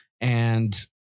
and-